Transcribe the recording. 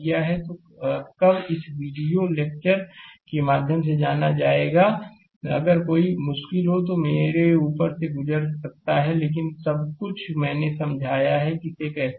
तो कब इस वीडियो लेक्चर के माध्यम से जाना जाएगा अगर कोई मुश्किल है मेरे ऊपर से गुजर सकता है लेकिन सब कुछ मैंने समझाया कि इसे कैसे हल किया जाए